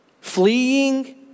fleeing